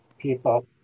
people